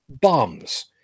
bombs